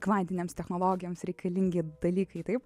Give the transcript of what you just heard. kvantinėms technologijoms reikalingi dalykai taip